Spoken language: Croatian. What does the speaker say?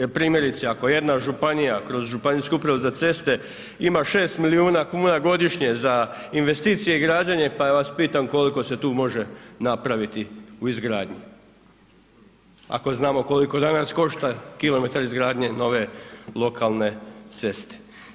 Jer primjerice ako jedna županije kroz županijsku upravu za ceste ima 6 miliona kuna godišnje za investicije i građenje pa ja vas pitam koliko se tu može napraviti u izgradnji ako znamo koliko danas košta kilometar izgradnje nove lokalne ceste.